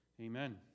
Amen